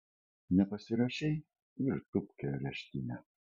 nepasirašei ir tūpk į areštinę